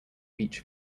beach